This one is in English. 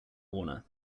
warner